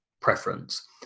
preference